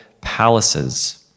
palaces